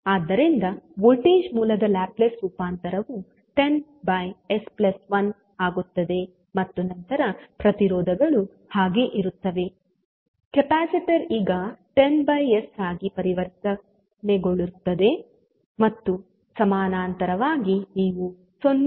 ಆದ್ದರಿಂದ ವೋಲ್ಟೇಜ್ ಮೂಲದ ಲ್ಯಾಪ್ಲೇಸ್ ರೂಪಾಂತರವು 10⁄s 1 ಆಗುತ್ತದೆ ಮತ್ತು ನಂತರ ಪ್ರತಿರೋಧಗಳು ಹಾಗೇ ಇರುತ್ತವೆ ಕೆಪಾಸಿಟರ್ ಈಗ 10s ಆಗಿ ಪರಿವರ್ತನೆಗೊಳ್ಳುತ್ತದೆ ಮತ್ತು ಸಮಾನಾಂತರವಾಗಿ ನೀವು 0